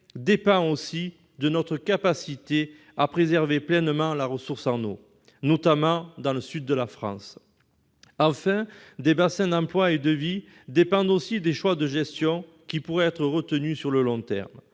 elle aussi, de notre capacité à préserver pleinement la ressource en eau, notamment dans le sud de la France. En outre, des bassins d'emplois et de vie dépendent aussi des choix de gestion qui pourraient être retenus sur le long terme.